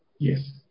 Yes